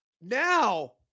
now